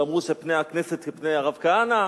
ואמרו שפני הכנסת כפני הרב כהנא.